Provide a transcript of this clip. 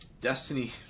Destiny